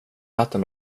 äter